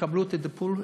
יקבלו את הטיפול,